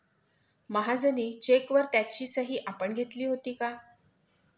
महाजनी चेकवर त्याची सही आपण घेतली होती का?